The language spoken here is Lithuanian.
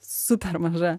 super maža